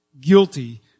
guilty